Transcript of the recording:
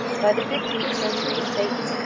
by the fifteenth century satan,